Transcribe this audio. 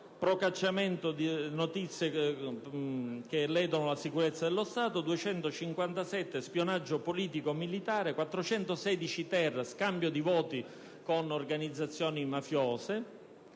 (procacciamento di notizie concernenti la sicurezza dello Stato), 257 (spionaggio politico o militare), 416-*ter* (scambio di voti con organizzazioni mafiose),